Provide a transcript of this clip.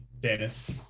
Dennis